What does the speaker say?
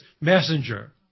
messenger